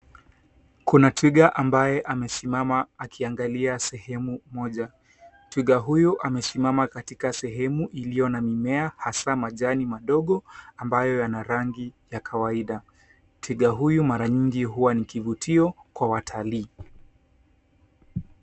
Kuna twiga ambaye amesimama akiangalia sehemu moja. Twiga huyu amesimama katika sehemu iliyo na mimea hasaa majani madogo ambayo yana rangi ya kawaida. Twiga huyu mara nyingi huwa ni kivutio kwa watalii.